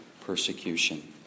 persecution